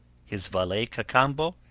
his valet cacambo,